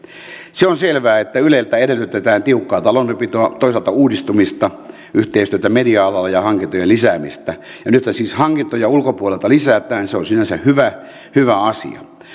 se on selvää että yleltä edellytetään tiukkaa taloudenpitoa toisaalta uudistumista yhteistyötä media alalla ja hankintojen lisäämistä ja nythän siis hankintoja ulkopuolelta lisätään se on sinänsä hyvä hyvä asia